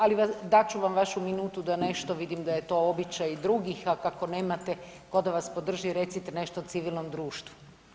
Ali dat ću vam vašu minutu da nešto, vidim da je to običaj i drugih, a kako nemate ko da vas podrži recite nešto o civilnom društvu.